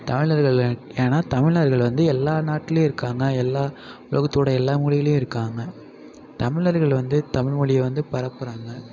தமிழர்கள் ஏன்னா தமிழர்கள் வந்து எல்லா நாட்லேயும் இருக்காங்க எல்லா உலகத்தோட எல்லா மூலையிலேயும் இருக்காங்க தமிழர்கள் வந்து தமிழ் மொழிய வந்து பரப்புகிறாங்க